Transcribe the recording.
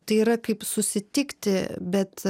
tai yra kaip susitikti bet